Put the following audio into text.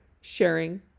sharing